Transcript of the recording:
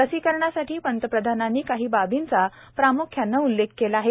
लसीकरणासाठी पंतप्रधानांनी काही बाबींचा प्राम्ख्यानं उल्लेख केलेला आहे